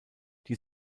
die